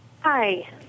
Hi